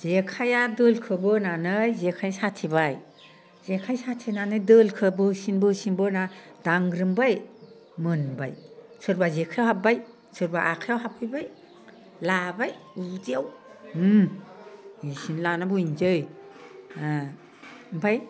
जेखाइआ दोलखो बोनानै जेखाइ साथेबाय जेखाइ साथेनानै दोलखो बोसिन बोसिन बोना दांग्रोमबाय मोनबाय सोरबा जेखाइआव हाबबाय सोरबा आखाइआव हाबफैबाय लाबाय उदैयाव होम बिदिनो लाना बोहैनोसै हा ओमफाय